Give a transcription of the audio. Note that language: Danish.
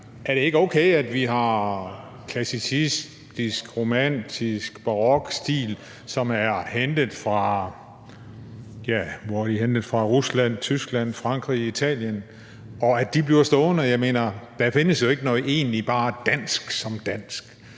Er det ikke okay, at vi har klassicistisk, romantisk og barok stil, som er hentet fra, ja, hvor er det hentet fra, Rusland, Tyskland, Frankrig, Italien, og at det bliver stående? Der findes jo ikke noget egentlig bare dansk, som er dansk.